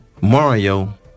Mario